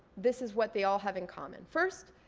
this is what they all have in common. first,